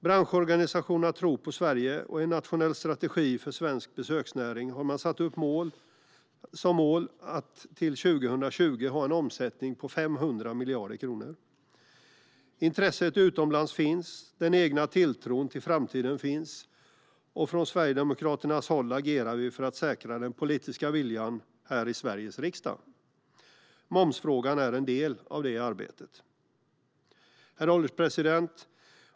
Branschorganisationerna tror på Sverige, och i den nationella strategin för svensk besöksnäring har man satt upp som mål att till 2020 ha en omsättning på 500 miljarder kronor. Intresset utomlands finns, den egna tilltron till framtiden finns och från Sverigedemokraternas håll agerar vi för att säkra den politiska viljan här i Sveriges riksdag. Momsfrågan är en del av det arbetet. Herr ålderspresident!